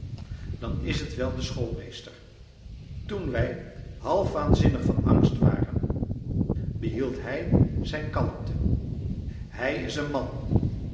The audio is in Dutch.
dan is het wel de schoolmeester toen wij half waanzinnig van angst waren behield hij zijn kalmte hij is een man